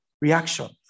reaction